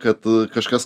kad kažkas